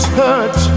touch